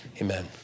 Amen